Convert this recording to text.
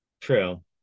True